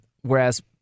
Whereas